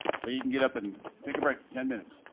so you can get up and take a break for ten minutes.